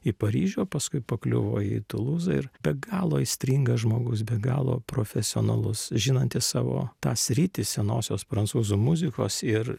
į paryžių o paskui pakliuvo į tulūzą ir be galo aistringas žmogus be galo profesionalus žinantis savo tą sritį senosios prancūzų muzikos ir